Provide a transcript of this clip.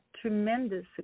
tremendous